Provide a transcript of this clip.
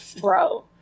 bro